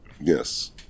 Yes